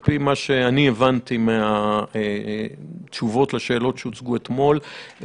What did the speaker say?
על פי מה שאני הבנתי מהתשובות לשאלות שהוצגו אתמול,